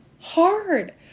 hard